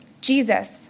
Jesus